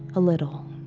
a little.